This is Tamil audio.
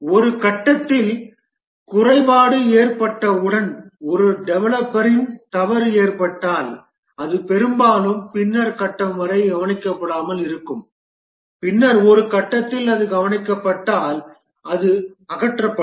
ஒரு கட்டத்தில் குறைபாடு ஏற்பட்டவுடன் ஒரு டெவலப்பரின் தவறு ஏற்பட்டால் அது பெரும்பாலும் பின்னர் கட்டம் வரை கவனிக்கப்படாமல் இருக்கும் பின்னர் ஒரு கட்டத்தில் அது கவனிக்கப்பட்டால் அது அகற்றப்படும்